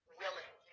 willing